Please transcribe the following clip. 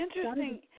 interesting